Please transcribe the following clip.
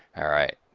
alright,